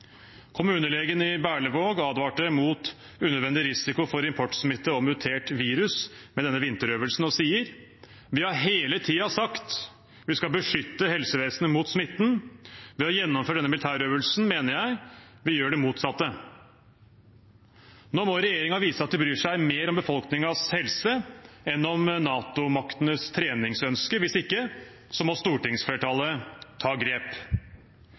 Kommunelegen i Berlevåg advarer mot unødvendig risiko for importsmitte og mutert virus ved denne vinterøvelsen og sier: «Vi har hele tiden sagt at vi skal beskytte helsevesenet mot smitten. ved å gjennomføre denne øvelsen, mener jeg vi gjør det motsatte.» Nå må regjeringen vise at de bryr seg mer om befolkningens helse enn om NATO-maktenes treningsønske. Hvis ikke må stortingsflertallet ta grep.